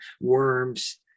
worms